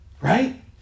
Right